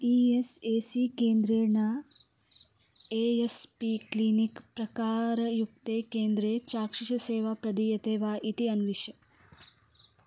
E S A C केन्द्रेण A S P clinic प्रकारयुक्ते केन्द्रे चाक्षुषसेवा प्रदीयते वा इति अन्विष